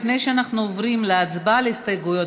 לפני שאנחנו עוברים להצבעה על ההסתייגויות,